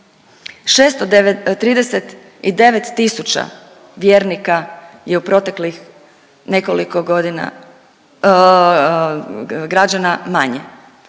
639000 vjernika je u proteklih nekoliko godina, građana manje.